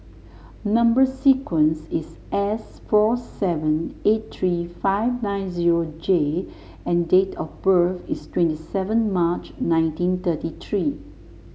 number sequence is S four seven eight three five nine zero J and date of birth is twenty seven March nineteen thirty three